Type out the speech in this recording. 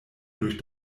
durch